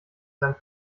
seinen